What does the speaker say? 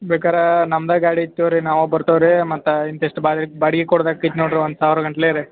ಬೇಕಾರೆ ನಮ್ದು ಗಾಡಿ ಐತೆ ತೊಗೊಳಿ ನಾವೇ ಬರ್ತೇವ್ ರೀ ಮತ್ತೆ ಇಂತಿಷ್ಟು ಬಾರಿ ಬಾಡ್ಗೆ ಕೊಡೋದಾಕೈತ್ ನೋಡ್ರಿ ಒಂದು ಸಾವಿರ ಗಟ್ಲೆ ರೀ